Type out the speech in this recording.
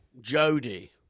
jody